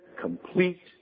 complete